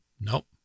Nope